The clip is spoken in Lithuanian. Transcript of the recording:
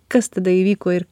kas tada įvyko ir